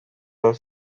their